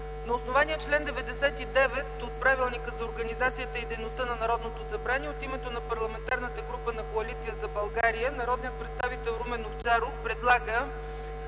На основание чл. 99 от Правилника за организацията и дейността на Народното събрание от името на Парламентарната група на Коалиция за България народният представител Румен Овчаров предлага